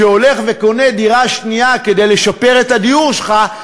שהולך וקונה דירה שנייה כדי לשפר את הדיור שלך,